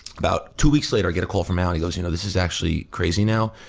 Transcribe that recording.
about two weeks later, get a call from allen. he goes, you know, this is actually crazy now,